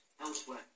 elsewhere